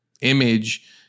image